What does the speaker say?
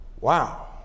Wow